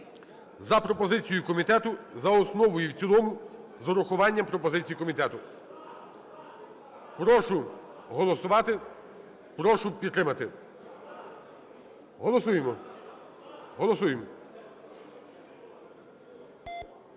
за пропозицією комітету за основу і в цілому з врахуванням пропозицій комітету. Прошу голосувати. Прошу підтримати. Голосуємо. Голосуємо.